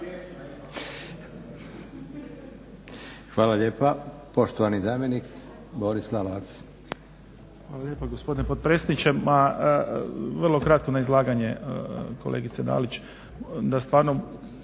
Hvala lijepa. Poštovani zamjenik Boris Lalova. **Lalovac, Boris** Gospodine potpredsjedniče, ma vrlo kratko na izlaganje kolegice Dalić. Da stvarno